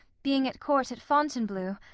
being at court at fontainebleau,